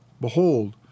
Behold